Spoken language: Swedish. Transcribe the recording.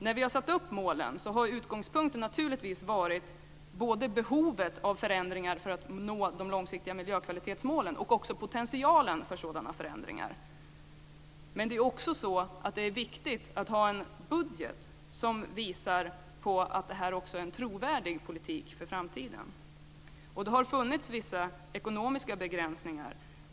När vi har satt upp målen har utgångspunkten naturligtvis varit behovet av förändringar för att man ska nå de långsiktiga miljökvalitetsmålen och också potentialen för sådana förändringar. Men det är också viktigt att ha en budget som visar på att det här är en trovärdig politik för framtiden. Det har funnits vissa ekonomiska begränsningar.